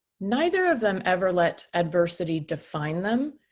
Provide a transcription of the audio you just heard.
neither of them ever let adversity define them,